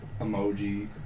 emoji